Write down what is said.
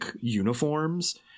uniforms